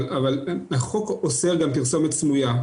אבל החוק אוסר גם על פרסומת סמויה,